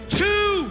two